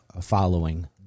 following